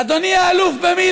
אדוני האלוף במיל',